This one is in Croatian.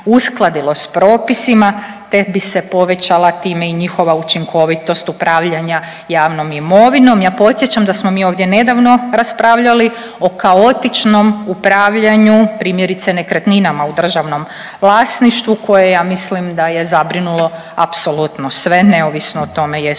uskladilo s propisima te bi se povećala time i njihova učinkovitost upravljanja javnom imovinom. Ja podsjećam da smo mi ovdje nedavno raspravljali o kaotičnom upravljanju primjerice nekretninama u državnom vlasništvu koje ja mislim da je zabrinulo apsolutno sve neovisno o tome jesu